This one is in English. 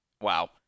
Wow